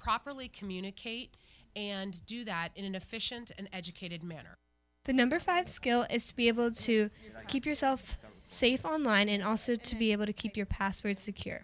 properly communicate and do that in an efficient and educated man or the number five skill is to be able to keep yourself safe online and also to be able to keep your password secure